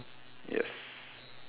yes